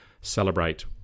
celebrate